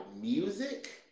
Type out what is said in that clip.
music